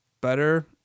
better